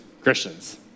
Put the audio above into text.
Christians